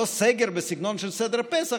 זה לא סגר בסגנון של סדר פסח,